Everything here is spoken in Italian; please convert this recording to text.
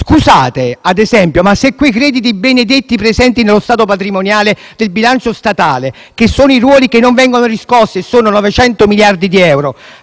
chiedere ancora: se quei crediti benedetti presenti nello stato patrimoniale del bilancio statale, che sono i ruoli che non vengono riscossi - si tratta di 900 miliardi di euro